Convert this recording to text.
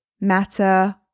matter